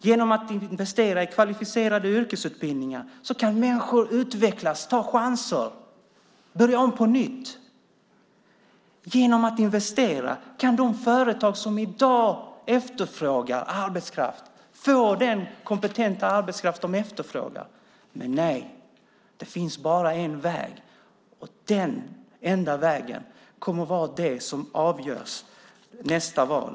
Genom att investera i kvalificerade yrkesutbildningar kan människor utvecklas, ta chanser, börja om på nytt! Genom att investera kan de företag som i dag efterfrågar arbetskraft få den kompetenta arbetskraft de efterfrågar. Men nej. Det finns bara en väg. Och den enda vägen kommer att vara det som avgör nästa val.